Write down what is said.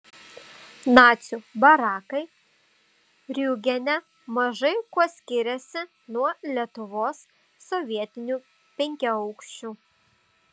nacių barakai riūgene mažai kuo skiriasi nuo lietuvos sovietinių penkiaaukščių